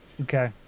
Okay